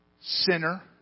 Sinner